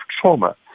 trauma